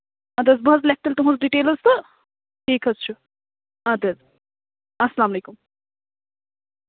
اَدٕ حظ بہٕ حظ لیکھٕ تیٚلہِ تُہُنز ڈیٖٹیلز تہٕ ٹھیٖک حظ چھُ اَدٕ حظ اَسلام علیکُم